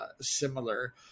similar